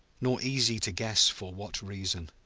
nor easy to guess for what reason.